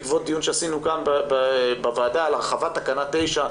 בעקבות דיון שקיימנו כאן בוועדה להרחבת תקנה 9,